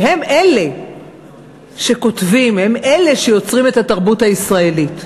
שהם שכותבים, הם שיוצרים את התרבות הישראלית.